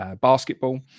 basketball